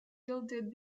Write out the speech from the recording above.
yielded